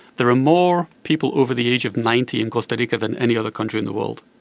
there are more people over the age of ninety in costa rica than any other country in the world,